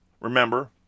remember